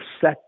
set